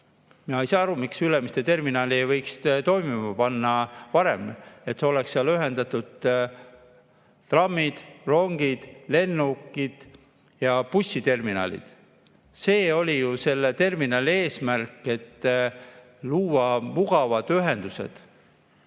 Mina ei saa aru, miks Ülemiste terminali ei võiks toimima panna varem, et oleksid ühendatud trammi-, rongi-, lennu[liiklus] ja bussiterminal. See oli ju selle terminali eesmärk: luua mugavad ühendused